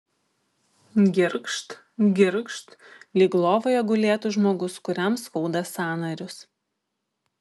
girgžt girgžt lyg lovoje gulėtų žmogus kuriam skauda sąnarius